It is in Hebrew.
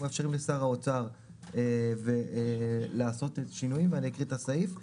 אנחנו מאפשרים לשר האוצר לעשות שינויים ואני אקריא את הסעיף,